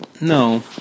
no